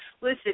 listen